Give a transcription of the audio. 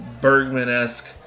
Bergman-esque